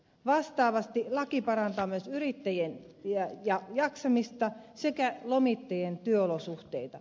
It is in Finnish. vastaavasti laki parantaa myös yrittäjien jaksamista sekä lomittajien työolosuhteita